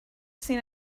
seen